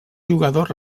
jugador